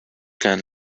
can